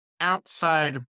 outside